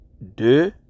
de